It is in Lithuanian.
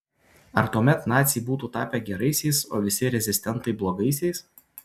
ar tuomet naciai būtų tapę geraisiais o visi rezistentai blogaisiais